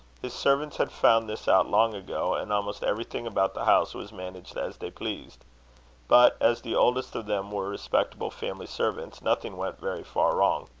his servants had found this out long ago, and almost everything about the house was managed as they pleased but as the oldest of them were respectable family servants, nothing went very far wrong.